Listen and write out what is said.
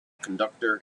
conductor